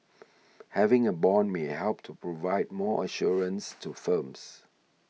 having a bond may help to provide more assurance to firms